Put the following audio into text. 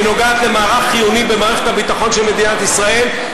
והיא נוגעת למערך חיוני במערכת הביטחון של מדינת ישראל,